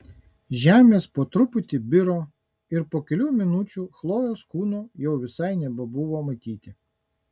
žemės po truputį biro ir po kelių minučių chlojės kūno jau visai nebebuvo matyti